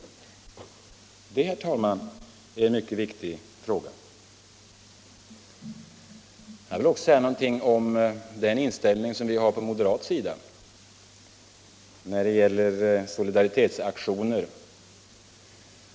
Det, herr talman, är en mycket viktig fråga. Jag vill också säga något om den inställning som vi har på moderat sida när det gäller solidaritetsaktioner.